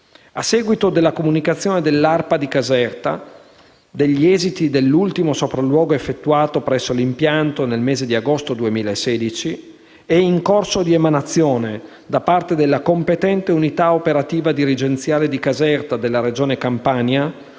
A seguito della comunicazione dell'ARPAC di Caserta degli esiti dell'ultimo sopralluogo effettuato presso l'impianto nel mese di agosto 2016, è in corso di emanazione da parte della competente unità operativa dirigenziale di Caserta della Regione Campania